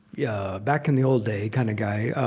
yeah back-in-the-old-day kind of guy.